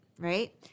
right